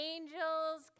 Angels